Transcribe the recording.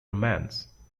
romance